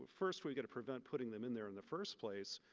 first, we got to prevent putting them in there in the first place.